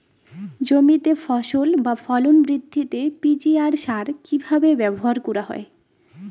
জমিতে ফসল বা ফলন বৃদ্ধিতে পি.জি.আর সার কীভাবে ব্যবহার করা হয়?